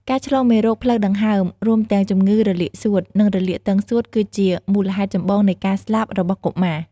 ការឆ្លងមេរោគផ្លូវដង្ហើម រួមទាំងជំងឺរលាកសួត និងរលាកទងសួត គឺជាមូលហេតុចម្បងនៃការស្លាប់របស់កុមារ។